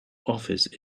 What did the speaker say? office